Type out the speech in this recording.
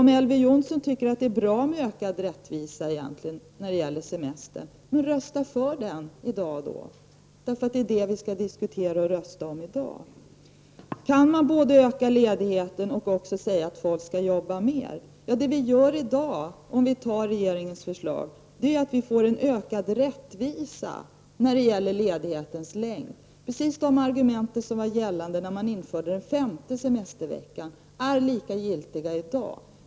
Om Elver Jonsson tycker att det är bra med ökad rättvisa när det gäller semestern, kan han i dag rösta för det. Det är nämligen den saken vi diskuterar i dag och skall rösta om. Kan man öka ledigheten och samtidigt säga att folk skall arbeta mer? Om riksdagen i dag antar regeringens förslag, får vi en ökad rättvisa i fråga om ledighetens längd. De argument som anfördes när man införde den femte semesterveckan är lika giltiga i dag.